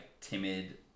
timid